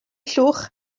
llwch